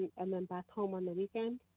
and then back home, on the weekend,